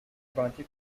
bounty